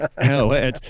No